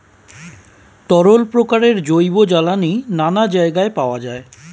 তরল প্রকারের জৈব জ্বালানি নানা জায়গায় পাওয়া যায়